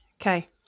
Okay